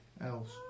else